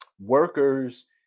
workers